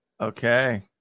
Okay